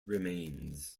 remains